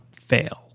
fail